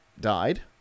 died